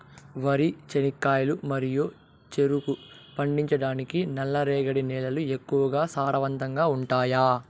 వరి, చెనక్కాయలు మరియు చెరుకు పండించటానికి నల్లరేగడి నేలలు ఎక్కువగా సారవంతంగా ఉంటాయా?